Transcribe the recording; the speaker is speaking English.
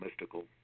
mystical